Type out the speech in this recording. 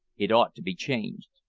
it ought to be changed.